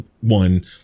one